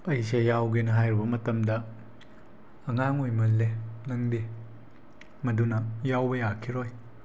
ꯑꯩꯁꯦ ꯌꯥꯎꯒꯦꯅ ꯍꯥꯏꯔꯨꯕ ꯃꯇꯝꯗ ꯑꯉꯥꯡ ꯑꯣꯏꯃꯜꯂꯦ ꯅꯪꯗꯤ ꯃꯗꯨꯅ ꯌꯥꯎꯕ ꯌꯥꯈꯤꯔꯣꯏ